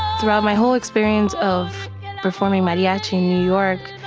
throughout my whole experience of performing mariachi in new york,